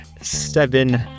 seven